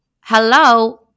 Hello